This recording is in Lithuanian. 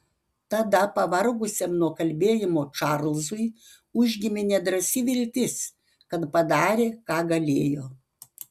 tada pavargusiam nuo kalbėjimo čarlzui užgimė nedrąsi viltis kad padarė ką galėjo